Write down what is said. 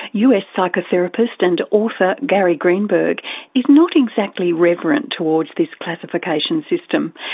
us psychotherapist and author gary greenberg is not exactly reverent towards this classification system,